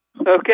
Okay